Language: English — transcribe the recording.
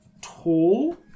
tall